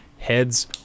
heads